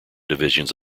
divisions